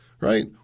Right